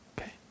Okay